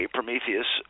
Prometheus